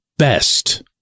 best